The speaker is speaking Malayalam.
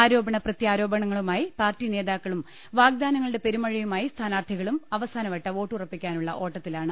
ആരോപണ പ്രത്യാരോപണങ്ങളുമായി പാർട്ടി നേതാക്കളും വാഗ്ദാനങ്ങളുടെ പെരുമഴയുമായി സ്ഥാനാർഥികളും അവസാനവട്ട വോട്ടുറപ്പിക്കാനുള്ള ഓട്ടത്തിലാണ്